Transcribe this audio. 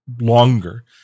longer